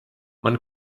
man